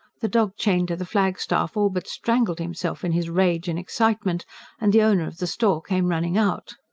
the dog chained to the flagstaff all but strangled himself in his rage and excitement and the owner of the store came running out.